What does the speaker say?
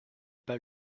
pas